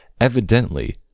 evidently